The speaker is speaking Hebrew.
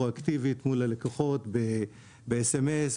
פרואקטיבית מול הלקוחות ב-SMS,